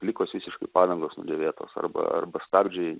plikos visiškai padangos nudėvėtos arba arba stabdžiai